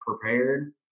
prepared